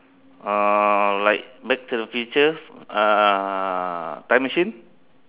uh like back to the future uh time machine